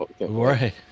Right